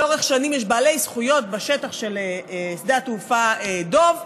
לאורך שנים יש בעלי זכויות בשטח של שדה התעופה דב,